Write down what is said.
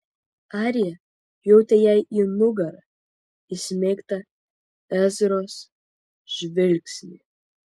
arija jautė jai į nugarą įsmeigtą ezros žvilgsnį